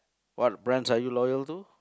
what brands are you loyal to